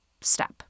step